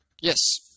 yes